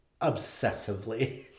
obsessively